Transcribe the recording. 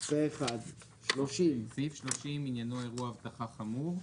הצבעה סעיף 85(29)(א) אושר סעיף 30 עניינו "אירוע אבטחה חמור".